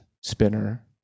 spinner